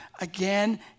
again